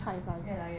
越来越矮